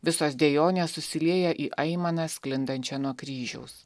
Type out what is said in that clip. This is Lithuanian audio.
visos dejonės susiliejo į aimaną sklindančią nuo kryžiaus